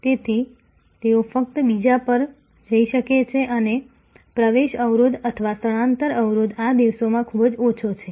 તેથી તેઓ ફક્ત બીજા પર જઈ શકે છે અને પ્રવેશ અવરોધ અથવા સ્થળાંતર અવરોધ આ દિવસોમાં ખૂબ ઓછો છે